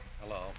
Hello